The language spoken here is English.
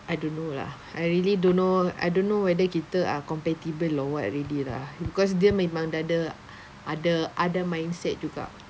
I don't know lah I really don't know I don't know whether kita are compatible or what already lah because dia memang dah ada ada other mindset juga